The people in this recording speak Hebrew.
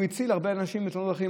והוא הציל הרבה אנשים מתאונות דרכים.